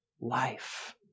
life